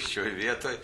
šioj vietoj